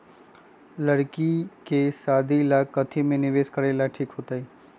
लड़की के शादी ला काथी में निवेस करेला ठीक होतई?